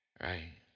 right